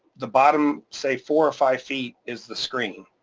the bottom, say four or five feet is the screen.